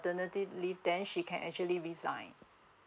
leave then she can actually resign